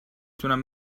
تونم